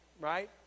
right